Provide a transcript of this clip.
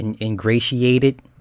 Ingratiated